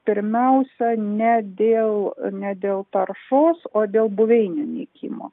pirmiausia ne dėl ne dėl taršos o dėl buveinių nykimo